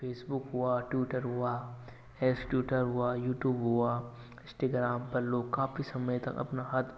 Facebook हुआ Twitter हुआ X Twitter हुआ यूट्यूब हुआ इंस्टाग्राम पर लोग काफी समय तक अपना हाथ